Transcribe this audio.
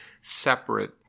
separate